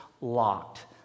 locked